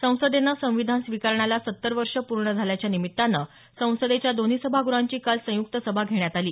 संसदेनं संविधान स्वीकारण्याला सत्तर वर्ष पूर्ण झाल्याच्या निमित्तानं संसदेच्या दोन्ही सभागृहांची काल संयुक्त सभा घेण्यात आली